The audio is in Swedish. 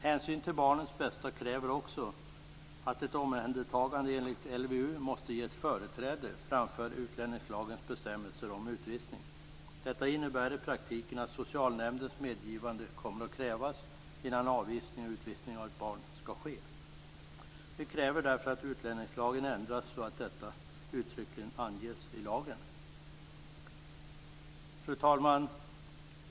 Hänsyn till barnens bästa kräver också att ett omhändertagande enligt LVU måste ges företräde framför utlänningslagens bestämmelser om utvisning. Detta innebär i praktiken att socialnämndens medgivande kommer att krävas innan avvisning eller utvisning av ett barn kan ske. Vi kräver därför att utlänningslagen ändras så att detta uttryckligen anges i lagen. Fru talman!